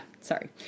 Sorry